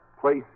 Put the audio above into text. place